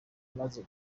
imeze